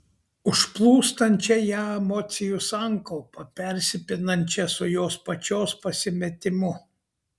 užplūstančią ją emocijų sankaupą persipinančią su jos pačios pasimetimu